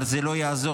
אבל זה לא יעזור.